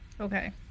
Okay